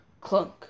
clunk